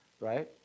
right